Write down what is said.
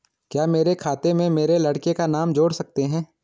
क्या मेरे खाते में मेरे लड़के का नाम जोड़ सकते हैं?